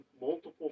multiple